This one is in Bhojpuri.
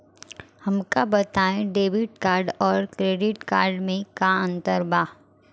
हमका बताई डेबिट कार्ड और क्रेडिट कार्ड में का अंतर बा?